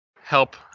help